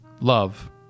love